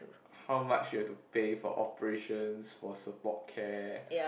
how much you have to pay for operations for support care